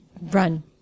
Run